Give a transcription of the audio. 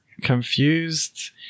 confused